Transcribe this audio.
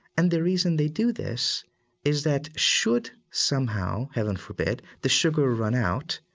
and the reason they do this is that should somehow, heaven forbid, the sugar run out,